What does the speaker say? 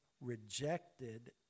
rejected